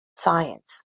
science